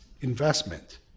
investment